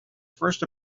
first